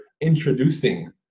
introducing